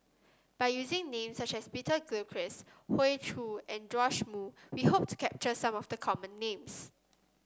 by using names such as Peter Gilchrist Hoey Choo and Joash Moo we hope to capture some of the common names